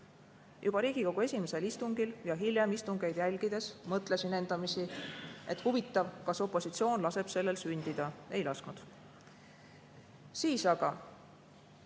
Juba Riigikogu esimesel istungil ja hiljem istungeid jälgides mõtlesin endamisi, et huvitav, kas opositsioon laseb sellel sündida. Ei lasknud. Siis aga